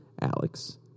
Alex